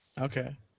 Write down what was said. Okay